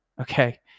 Okay